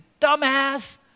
dumbass